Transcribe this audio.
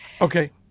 Okay